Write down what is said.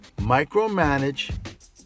micromanage